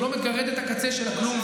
זה לא מגרד את הקצה של הכלום.